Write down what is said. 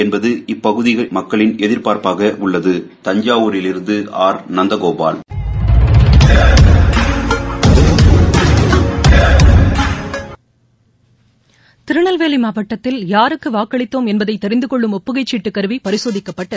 என்பது இப்பகுதி மக்களின் எதிர்பார்ப்பாக உள்ளது தஞ்சாவூரிலிருந்தட நந்தகோபல் திருநெல்வேலி மாவட்டத்தில் யாருக்கு வாக்களித்தோம் என்பதை தெரிந்துகொள்ளும் ஒப்புகை சீட்டு கருவி பரிசோதிக்கப்பட்டு